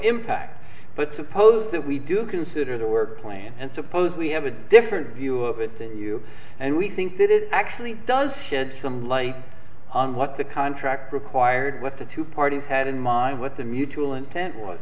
impact but suppose that we do consider the work plan and suppose we have a different view of it than you and we think that it actually does shed some light on what the contract required what the two parties had in mind what the mutual intent was